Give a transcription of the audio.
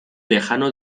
lejano